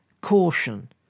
caution